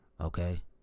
okay